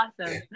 Awesome